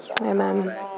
Amen